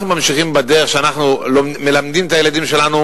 אנחנו ממשיכים בדרך שאנחנו מלמדים את הילדים שלנו